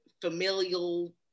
familial